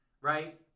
Right